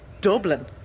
Dublin